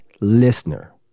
listener